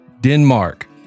Denmark